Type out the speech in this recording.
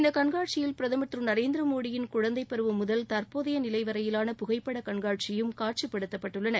இந்த கண்காட்சியில் பிரதமல் திரு நரேந்திர மோடியின் குழந்தை பருவம் முதல் தற்போதைய நிலை வரையிலான புகைப்படக் கண்காட்சியும் காட்சிபடுத்தப்பட்டுள்ளன